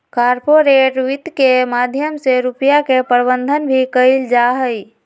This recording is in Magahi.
कार्पोरेट वित्त के माध्यम से रुपिया के प्रबन्धन भी कइल जाहई